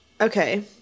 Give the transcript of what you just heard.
Okay